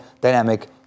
dynamic